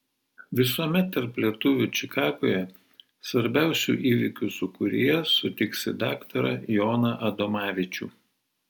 visuomet tarp lietuvių čikagoje svarbiausių įvykių sūkuryje sutiksi daktarą joną adomavičių